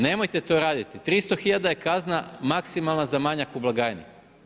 Nemojte to raditi, 300 hiljada je kazna maksimalna za manjak u blagajni.